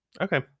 Okay